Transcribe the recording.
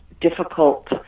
difficult